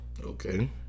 Okay